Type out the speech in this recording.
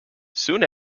soon